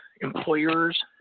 employers